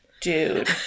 Dude